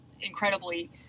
incredibly